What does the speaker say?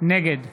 נגד